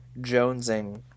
jonesing